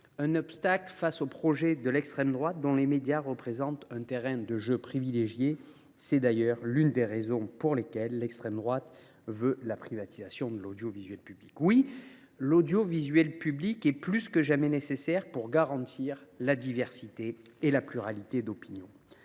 obstacle au projet de l’extrême droite, dont les médias représentent un terrain de jeu privilégié. C’est d’ailleurs l’une des raisons pour lesquelles elle souhaite la privatisation de ce secteur. L’audiovisuel public est donc plus que jamais nécessaire pour garantir la diversité et la pluralité des opinions.